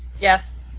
Yes